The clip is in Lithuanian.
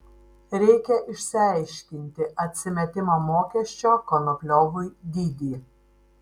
reikia išsiaiškinti atsimetimo mokesčio konopliovui dydį